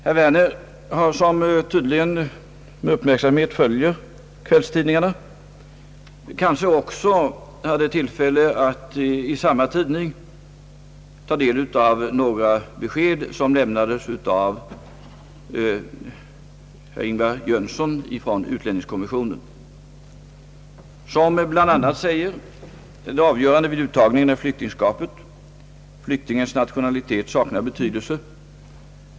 Herr Werner, som tydligen med uppmärksamhet följer kvällstidningarna, hade kanske också tillfälle att i samma tidning ta del av några besked som lämnades av herr Ingvar Jönsson från utlänningskommissionen. Han säger bland annat följande: »Det avgörande vid uttagningarna är flyktingskapet. Flyktingens nationalitet saknar betydelse.